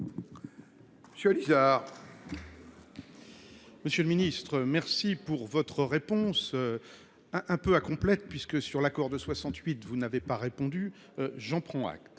Monsieur Alizar. Monsieur le Ministre, merci pour votre réponse, un peu à complète puisque sur l'accord de 68 vous n'avez pas répondu. J'en prends acte.